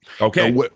Okay